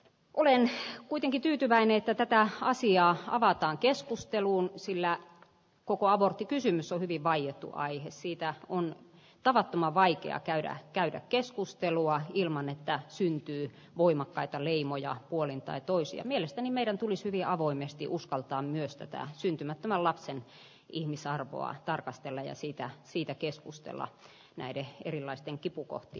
kuningas kuitenkin tyytyväinen että tätä asiaa avataan keskusteluun sillä kuka aborttikysymys on hyvin vaiettu aihe siitä on tavattoman vaikea käydä käydä keskustelua ilman että syntyy voimakkaita riimuja puoleen tai toisia mielestäni meidän tulisi vie avoimesti uskaltaa myös tätä syntymättömän lapsen ihmisarvoa tarkastella ja sitä siitä keskustella näiden erilaisten kipu kohti